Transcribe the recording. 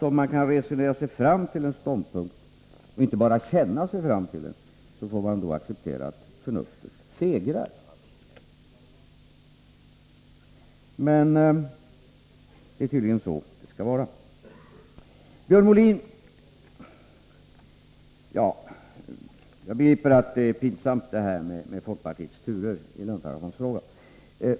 Kan man resonera sig fram till en ståndpunkt och inte bara känna sig fram till den, får man acceptera att förnuftet segrar. Det är så det skall vara. Jag begriper att det är pinsamt för Björn Molin med folkpartiets turer i löntagarfondsfrågan.